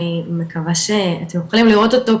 אני מקווה שאתם יכולים לראות אותו,